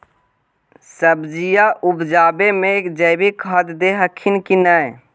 सब्जिया उपजाबे मे जैवीक खाद दे हखिन की नैय?